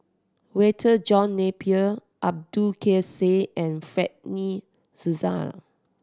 Walter John Napier Abdul Kadir Syed and Fred De Souza